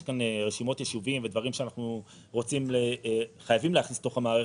יש כאן רשימות יישובים ודברים שאנחנו חייבים להכניס לתוך המערכת,